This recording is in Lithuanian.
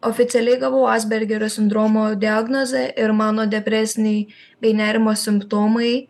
oficialiai gavau azbergerio sindromo diagnozę ir mano depresiniai bei nerimo simptomai